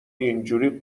اینجوری